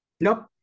Nope